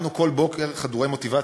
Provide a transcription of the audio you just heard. קמנו כל בוקר חדורי מוטיבציה,